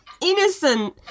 innocent